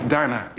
Daarna